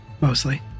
mostly